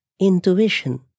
intuition